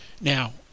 Now